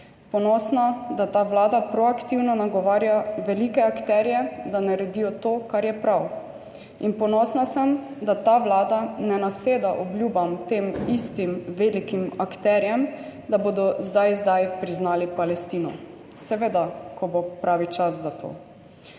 Ponosna, da ta vlada proaktivno nagovarja velike akterje, da naredijo to, kar je prav. In ponosna sem, da ta vlada ne naseda obljubam teh istih velikih akterjev, da bodo zdaj zdaj priznali Palestino, seveda, ko bo pravi čas za to.